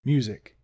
Music